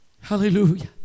Hallelujah